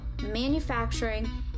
manufacturing